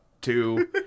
two